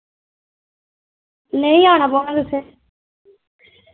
नेईं आना पौना तुसें